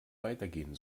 weitergehen